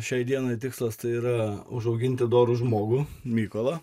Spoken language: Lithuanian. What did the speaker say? šiai dienai tikslas tai yra užauginti doru žmogų mykolą